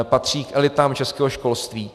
Patří k elitám českého školství.